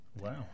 Wow